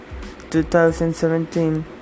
2017